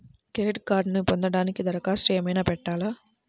Credit కార్డ్ను పొందటానికి దరఖాస్తు ఏమయినా పెట్టాలా?